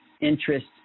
interest